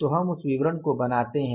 तो हम उस विवरण को बनाते हैं